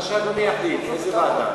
לאיזה ועדה?